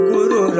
Guru